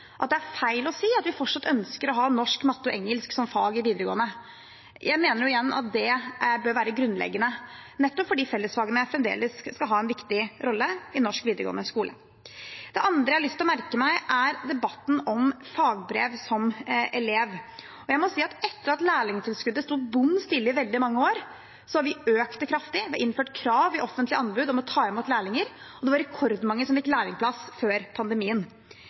at det er feil å si at vi fortsatt ønsker å ha norsk, matte og engelsk som fag i videregående. Jeg mener igjen at det bør være grunnleggende, nettopp fordi fellesfagene fremdeles skal ha en viktig rolle i norsk videregående skole. Det andre jeg har merket meg, er debatten om fagbrev som elev. Jeg må si at etter at lærlingtilskuddet sto bom stille i veldig mange år, har vi økt det kraftig, vi har innført krav i offentlige anbud om å ta imot lærlinger, og det var rekordmange som fikk lærlingplass før pandemien.